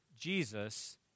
Jesus